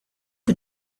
the